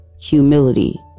humility